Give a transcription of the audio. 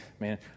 man